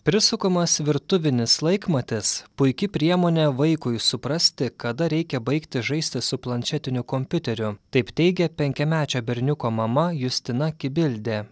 prisukamas virtuvinis laikmatis puiki priemonė vaikui suprasti kada reikia baigti žaisti su planšetiniu kompiuteriu taip teigia penkiamečio berniuko mama justina kibildė